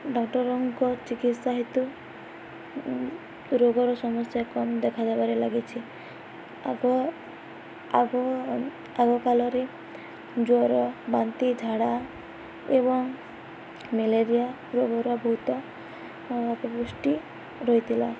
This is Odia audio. ଡ଼କ୍ଟରଙ୍କ ଚିକିତ୍ସା ହେତୁ ରୋଗର ସମସ୍ୟା କମ୍ ଦେଖାାଯିବାରେ ଲାଗିଛି ଆଗ ଆଗ ଆଗକାଲରେ ଜ୍ୱର ବାନ୍ତି ଝାଡ଼ା ଏବଂ ମ୍ୟାଲେରିଆ ରୋଗର ବହୁତ ରହିଥିଲା